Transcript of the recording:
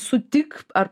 sutik ar